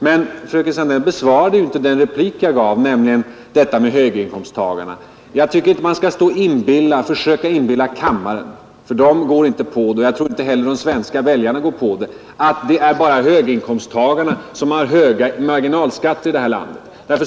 Men fröken Sandell besvarade inte den replik jag gav, nämligen detta med höginkomsttagarna. Jag tycker inte man skall försöka inbilla kammarledamöterna, för de går inte på det, och jag tror inte heller att de svenska väljarna går på det, att det är bara höginkomsttagarna som har höga marginalskatter i det här landet.